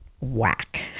whack